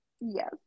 Yes